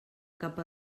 cap